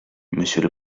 monsieur